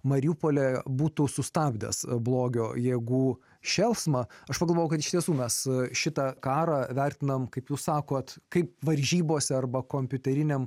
mariupolio būtų sustabdęs blogio jėgų šėlsmą aš pagalvojau kad iš tiesų mes šitą karą vertinam kaip jūs sakote kaip varžybose arba kompiuteriniame